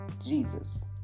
jesus